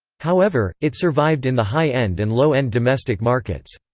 however, it survived in the high-end and low-end domestic markets.